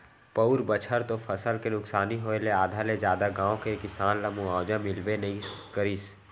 पउर बछर तो फसल के नुकसानी होय ले आधा ले जादा गाँव के किसान ल मुवावजा मिलबे नइ करिस